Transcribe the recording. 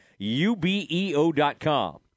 ubeo.com